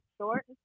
Short